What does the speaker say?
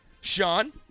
Sean